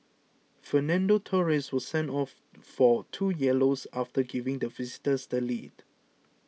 Fernando Torres was sent off for two yellows after giving the visitors the lead